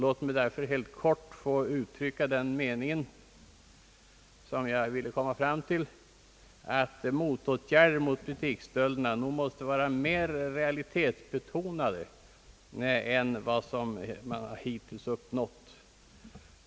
Låt mig därför helt kort få uttrycka den mening, som jag ville komma fram till, att motåtgärder mot butiksstölderna nog måste vara mer realitetsbetonade än vad man hittills uppnått.